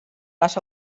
las